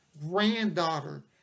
granddaughter